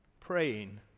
praying